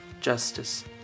justice